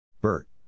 Bert